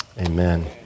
Amen